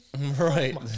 Right